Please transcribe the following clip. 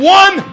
one